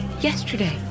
yesterday